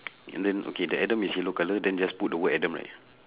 and then okay the adam is yellow color then just put the word adam right